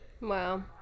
wow